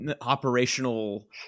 operational